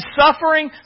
suffering